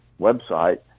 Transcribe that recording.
website